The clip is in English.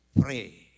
pray